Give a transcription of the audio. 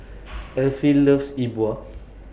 Elfie loves E Bua